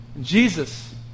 Jesus